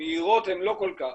מהירות הן לא כל-כך.